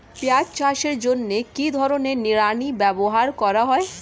পিঁয়াজ চাষের জন্য কি ধরনের নিড়ানি ব্যবহার করা হয়?